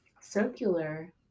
circular